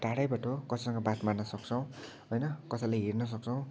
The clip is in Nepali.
टाडैबाट कसैसँग बात मार्न सक्छौँ होइन कसैलाई हेर्न सक्छौँ